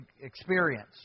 experience